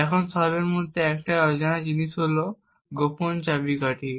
এই সবের মধ্যে একটাই অজানা জিনিসটা হল গোপন চাবিকাঠি